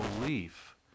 belief